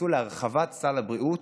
ייכנסו להרחבת סל הבריאות,